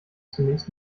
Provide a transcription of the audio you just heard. zunächst